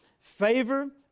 Favor